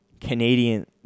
Canadian